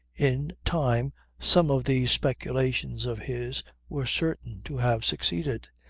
in time some of these speculations of his were certain to have succeeded.